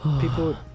people